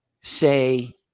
say